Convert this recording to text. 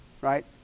right